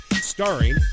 starring